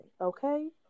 okay